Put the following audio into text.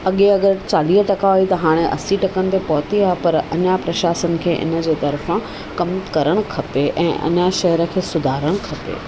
अॻे अगरि चालीह टका हुई त हाणे असी टकनि ते पहुती आहे पर अञा प्रशाशन खे हिनजे तर्फ़ां कमु करणु खपे ऐं अञा शहर खे सुधारणु खपे